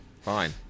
Fine